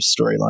storyline